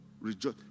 rejoice